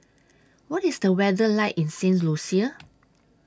What IS The weather like in Saint Lucia